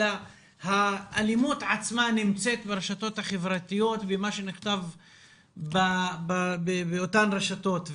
אלא האלימות עצמה נמצאת ברשתות החברתיות ומה שנכתב באותן רשתות.